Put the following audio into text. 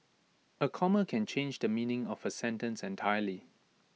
A comma can change the meaning of A sentence entirely